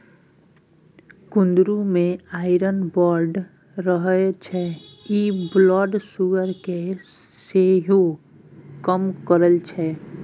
कुंदरु मे आइरन बड़ रहय छै इ ब्लड सुगर केँ सेहो कम करय छै